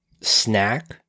Snack